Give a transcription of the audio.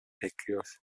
bekliyor